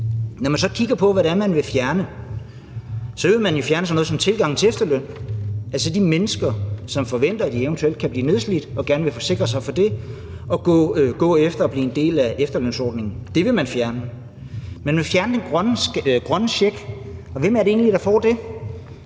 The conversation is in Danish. Når man så kigger på, hvad det er, man vil fjerne, vil man jo fjerne sådan noget som tilgangen til efterløn. Altså, efterløn til de mennesker, som forventer, at de eventuelt kan blive nedslidt og gerne vil forsikre sig for det og gå efter at blive en del af efterlønsordningen, vil man fjerne. Man vil fjerne den grønne check, men hvem er det egentlig, der får den?